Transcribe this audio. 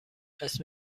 اسم